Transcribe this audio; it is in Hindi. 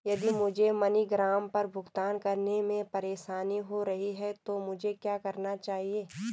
यदि मुझे मनीग्राम पर भुगतान करने में परेशानी हो रही है तो मुझे क्या करना चाहिए?